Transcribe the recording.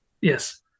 Yes